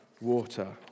water